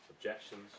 Objections